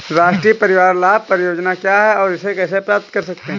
राष्ट्रीय परिवार लाभ परियोजना क्या है और इसे कैसे प्राप्त करते हैं?